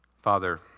Father